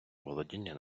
володіння